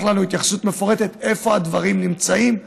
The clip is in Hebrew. התייחסות מפורטת איפה הדברים נמצאים.